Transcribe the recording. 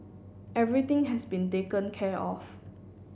everything has been taken care of